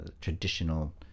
traditional